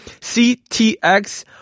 CTX